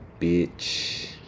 bitch